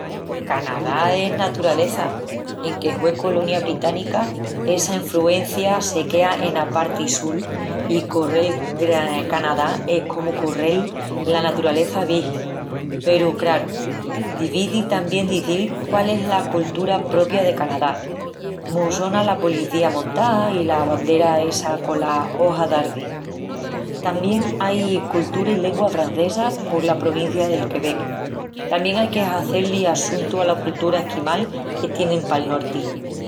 Canadá es naturaleza. Enque hue colonia británica, essa enfruencia se quea ena parti sul i correl Canadá es comu correl la naturaleza vigin. Peru, craru, difici tamién d'izil quál es la coltura propia de Canadá. Mos sona la policiá montá i la bandera essa cola oja d'arci. Tamién ai coltura i lengua francesa pola provincia del Quebec. Tamién ai que hazé-li assuntu ala coltura esquimal que tienin pal norti.